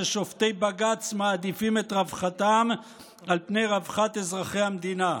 ששופטי בג"ץ מעדיפים את רווחתם על רווחת אזרחי המדינה.